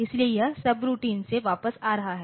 इसलिए यह सबरूटीन से वापस आ रहा है